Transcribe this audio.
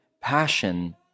passion